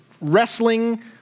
wrestling